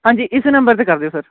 ਹਾਂਜੀ ਇਸ ਨੰਬਰ 'ਤੇ ਕਰ ਦਿਓ ਸਰ